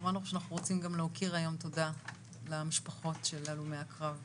אנחנו רוצים גם להוקיר היום תודה למשפחות מהקרב,